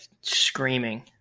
screaming